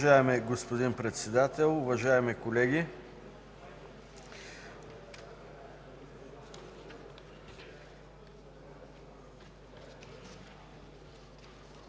Уважаеми господин Председател, уважаеми колеги!